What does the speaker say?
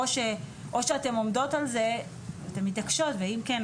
או שאתן עומדות על כך ומתעקשות ואם כן,